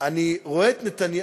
אותך מאוד,